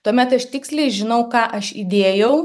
tuomet aš tiksliai žinau ką aš įdėjau